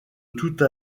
toute